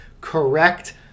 correct